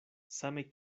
same